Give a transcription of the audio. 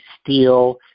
steel